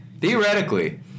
Theoretically